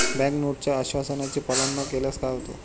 Bank नोटच्या आश्वासनाचे पालन न केल्यास काय होते?